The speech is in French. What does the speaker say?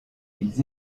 ils